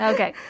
Okay